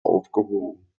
aufgehoben